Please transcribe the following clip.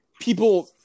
people